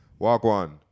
Wagwan